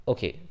Okay